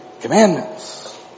commandments